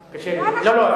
לא,